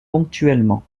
ponctuellement